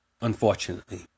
unfortunately